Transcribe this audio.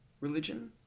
religion